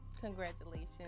Congratulations